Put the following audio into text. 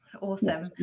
awesome